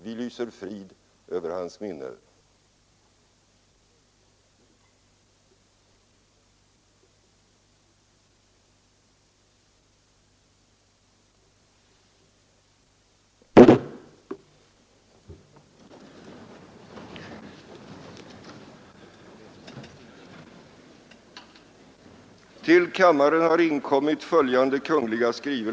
Vi lyser frid över hans minne.